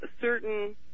certain